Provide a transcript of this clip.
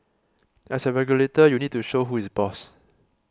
as a regulator you need to show who is boss